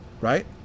right